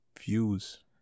views